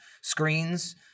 screens